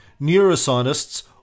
neuroscientists